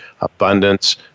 abundance